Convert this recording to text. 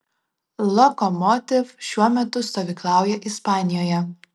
lokomotiv šiuo metu stovyklauja ispanijoje